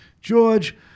George